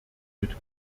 mit